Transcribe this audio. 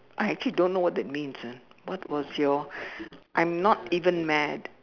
I actually don't know what that means ah what was your I'm not even mad